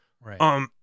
Right